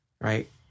right